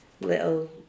little